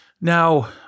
Now